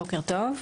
בוקר טוב.